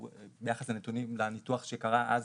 קצת קשה להתייחס לנתונים ביחס לניתוח שקרה אז,